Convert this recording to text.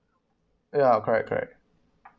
ya correct correct